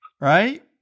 Right